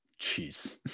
Jeez